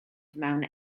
mewn